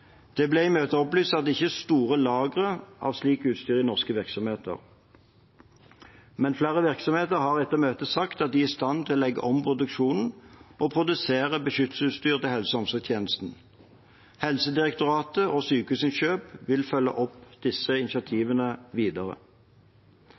Det ble i møtet opplyst at det ikke er store lagre av slikt utstyr i norske virksomheter. Flere virksomheter har etter møtet sagt at de er i stand til å legge om produksjonen og produsere beskyttelsesutstyr til helse- og omsorgstjenestene. Helsedirektoratet og Sykehusinnkjøp HF vil følge opp disse